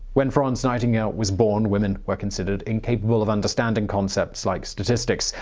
when florence nightingale was born, women were considered incapable of understanding concepts like statistics.